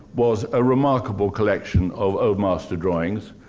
was a remarkable collection of old master drawings.